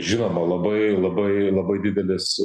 žinoma labai labai labai didelis